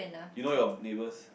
you know your neighbours